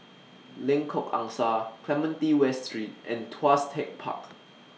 Lengkok Angsa Clementi West Street and Tuas Tech Park